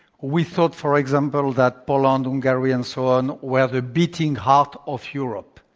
we thought, for example, that poland, hungary, and so on were the beating heart of europe,